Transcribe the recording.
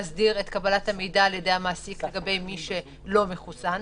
להסדיר את קבלת המידע על-ידי המעסיק לגבי מי שלא מחוסן.